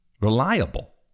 reliable